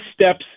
steps